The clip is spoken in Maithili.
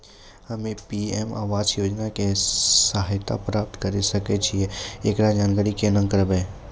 हम्मे पी.एम आवास योजना के सहायता प्राप्त करें सकय छियै, एकरो जानकारी केना करबै?